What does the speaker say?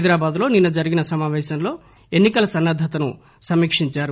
హైదరాబాద్ లో నిన్న జరిగిన సమావేశంలో ఎన్సికల సన్నద్దతను సమీక్షించారు